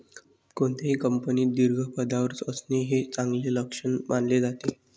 कोणत्याही कंपनीत दीर्घ पदावर असणे हे चांगले लक्षण मानले जाते